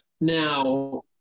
Now